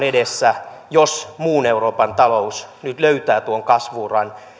on edessä jos muun euroopan talous nyt löytää tuon kasvu uran